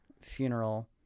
funeral